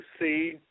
see